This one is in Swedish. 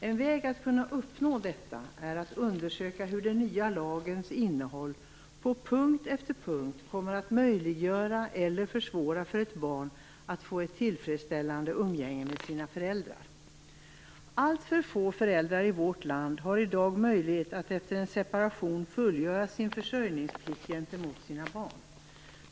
En väg att uppnå detta är att undersöka hur den nya lagens innehåll på punkt efter punkt kommer att möjliggöra eller försvåra för ett barn att få ett tillfredsställande umgänge med sina föräldrar. Alltför få föräldrar i vårt land har i dag möjlighet att efter en separation fullgöra sin försörjningsplikt gentemot sina barn.